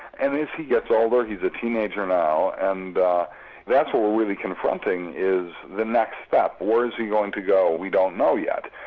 and as he gets older, he's a teenager now, and that's what we're really confronting is the next step where is he going to go, we don't know yet,